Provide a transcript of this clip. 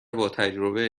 باتجربه